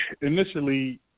Initially